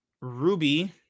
Ruby